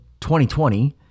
2020